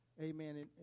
Amen